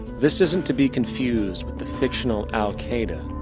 this isn't to be confused with the fictional al qaida,